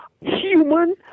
human